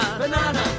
banana